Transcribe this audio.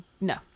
No